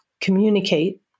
Communicate